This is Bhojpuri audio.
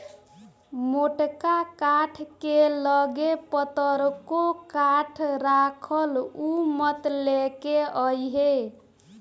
मोटका काठ के लगे पतरको काठ राखल उ मत लेके अइहे